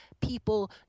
people